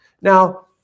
Now